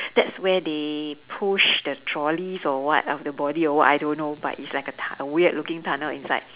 that's where they push the trolleys or what of the body or what I don't know but it's like tu~ a weird looking tunnel inside